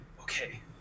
okay